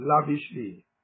lavishly